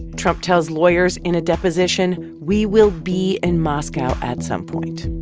trump tells lawyers in a deposition, we will be in moscow at some point